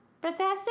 professor